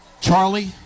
Charlie